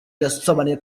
yasobanuye